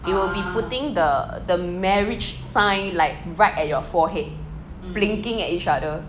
it will be putting the the marriage sign like right at your forehead blinking at each other